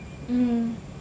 mm